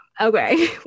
Okay